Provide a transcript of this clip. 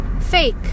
fake